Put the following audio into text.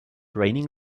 raining